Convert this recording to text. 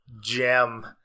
gem